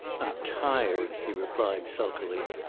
i'm tired, he replied, sulkily.